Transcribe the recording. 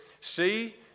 see